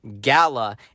gala